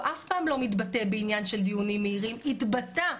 הוא אף פעם לא מתבטא בעניין של דיונים מהירים - התבטא.